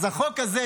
החוק הזה,